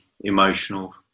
emotional